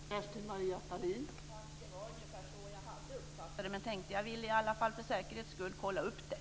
Fru talman! Det var ungefär så jag hade uppfattat det. Men jag ville i alla fall för säkerhets skulle kolla upp det.